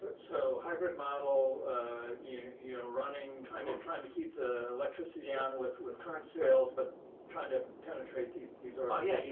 but so, hybrid model ah you know yeah running, trying to um trying to keep the electricity down with with current sales, but trying to penetrate these organizations. oh yeah yeah.